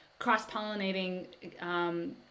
cross-pollinating